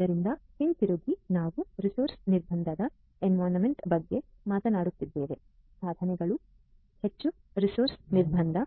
ಆದ್ದರಿಂದ ಹಿಂತಿರುಗಿ ನಾವು ರಿಸೋರ್ಸ್ ನಿರ್ಬಂಧದ ಎನ್ವಿರಾನ್ಮೆಂಟ್ನ ಬಗ್ಗೆ ಮಾತನಾಡುತ್ತಿದ್ದೇವೆ ಸಾಧನಗಳು ಹೆಚ್ಚು ರಿಸೋರ್ಸಸ್ ನಿರ್ಬಂಧ